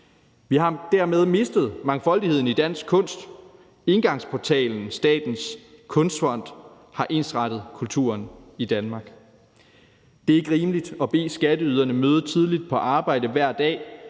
Vi har dermed mistet mangfoldigheden i dansk kunst. Indgangsportalen Statens Kunstfond har ensrettet kulturen i Danmark. Det er ikke rimeligt at bede skatteyderne møde tidligt på arbejde hver dag